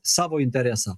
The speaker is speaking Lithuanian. savo interesą